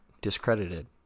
discredited